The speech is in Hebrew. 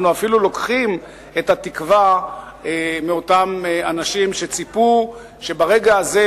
אנחנו אפילו לוקחים את התקווה מאותם אנשים שציפו שברגע הזה,